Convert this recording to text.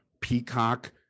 peacock